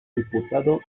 diputado